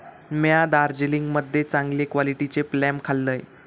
म्या दार्जिलिंग मध्ये चांगले क्वालिटीचे प्लम खाल्लंय